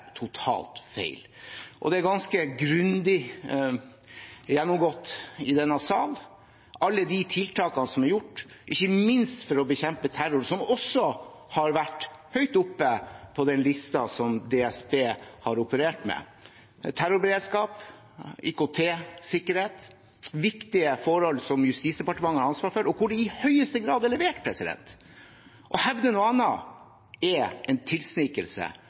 totalt feil. Og de er ganske grundig gjennomgått i denne salen, alle de tiltakene som er gjort, ikke minst for å bekjempe terror, noe som også har vært høyt oppe på listen DSB har operert med. Terrorberedskap og IKT-sikkerhet er viktige forhold som Justisdepartementet har ansvar for, og hvor det i høyeste grad er levert. Å hevde noe annet er en tilsnikelse.